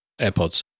AirPods